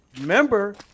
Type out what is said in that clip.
remember